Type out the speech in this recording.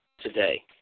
today